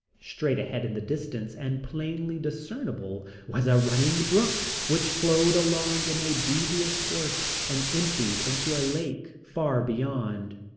straight ahead in the distance and plainly discernible was a running brook which flowed along in a devious course and emptied into a lake far beyond.